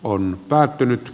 on päättynyt